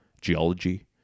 geology